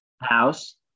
house